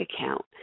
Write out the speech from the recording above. account